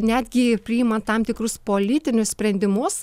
netgi priimant tam tikrus politinius sprendimus